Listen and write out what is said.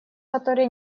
которые